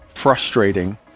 frustrating